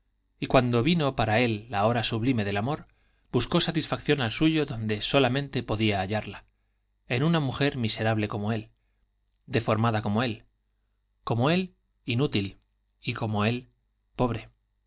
y cuando vino para él la hora sublime del amor buscó satifacción al suyo donde solamente podía hallarla miserable en una mujer como él deformada como él como él inútil y como él pobre